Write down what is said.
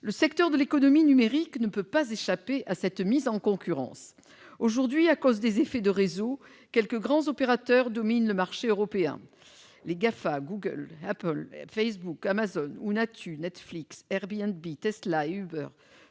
Le secteur de l'économie numérique ne peut échapper à cette mise en concurrence. Aujourd'hui, en raison des effets de réseaux, quelques grands opérateurs dominent le marché européen : les GAFA- Google, Apple, Facebook, Amazon -et les NATU- Netflix, Airbnb, Tesla et Uber